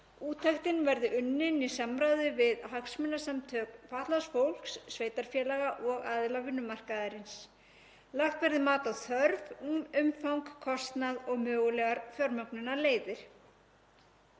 Úttektin verði unnin í samráði við hagsmunasamtök fatlaðs fólks, sveitarfélaga og aðila vinnumarkaðarins. Lagt verði mat á þörf, umfang, kostnað og mögulegar fjármögnunarleiðir.